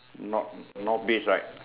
north north beach right